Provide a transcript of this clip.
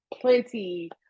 plenty